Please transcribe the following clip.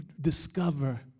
discover